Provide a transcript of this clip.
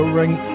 ring